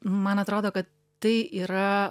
man atrodo kad tai yra